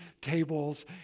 tables